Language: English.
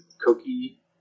cookie